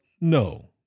no